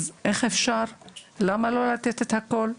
אז למה לא לתת את הכול?